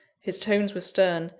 his tones were stern,